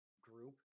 group